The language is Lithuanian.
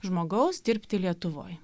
žmogaus dirbti lietuvoj